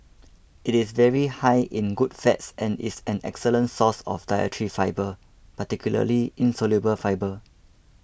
it is very high in good fats and is an excellent source of dietary fibre particularly insoluble fibre